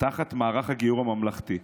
תחת מערך הגיור הממלכתי.